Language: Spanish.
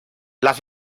las